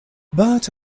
but